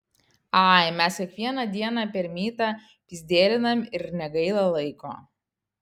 ai mes kiekvieną dieną per mytą pyzdėlinam ir negaila laiko